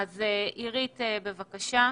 עירית, בבקשה.